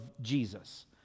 Jesus